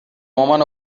مامان